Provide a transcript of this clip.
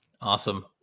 Awesome